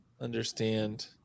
understand